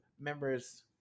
members